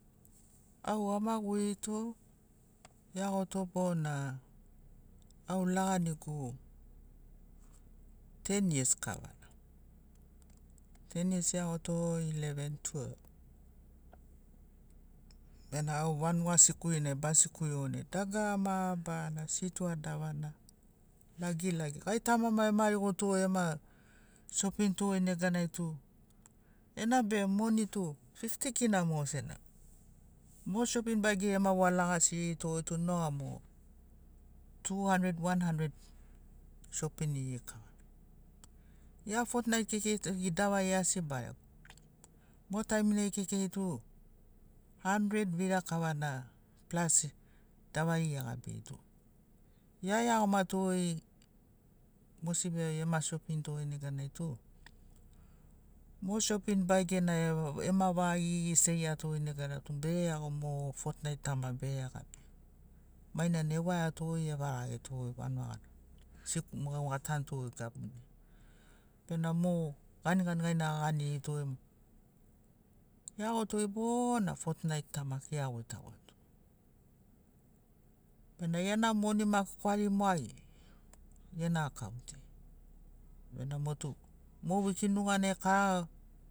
Au amagurito eagoto bona au laganigu ten yas kavana ten yas eagoto ileven twelv bena au vanuga sikurinai ba sikuri goi dagarana mabarana sitoa davana lagilagi gai tamamai emarigoto ema shopinto goi neganai tu enabe moni tu fifti kina mogo sena mo shopin baegeri ema wua lagasirito tu noga mo tu hanred wan hanred shopiniri kavana gia fotnait kekei davari asi barego mo taimnai kekei tu hanred vira kavana plas davari egabirito ia eagomato goi mosibi ai ema shopinto neganai tum o shopin baege na ema vaga gigisegiato neganai tu begeago mo fotnait ta ma be gabia mainana ewaiato evarageto vanuga gana mo au atanto gabunai bena mo ganigani gaina aganirito eagoto bona fotnait ta maki eagoitagoato bena gena moni ma kwari moageri gena akaont ai bena motu mo wiki nuganai kara.